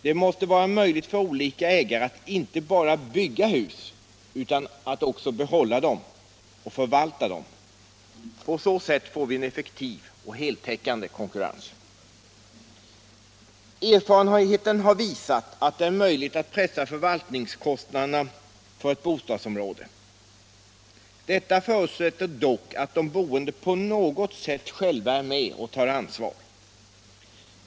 Det måste vara möjligt för olika ägare att inte bara bygga hus utan också att behålla dem och förvalta dem. På så sätt får vi en effektiv och heltäckande konkurrens. Erfarenheten har visat att det är möjligt att pressa förvaltningskostnaderna för ett bostadsområde. Detta förutsätter dock att de boende på något sätt själva är med och tar ansvar.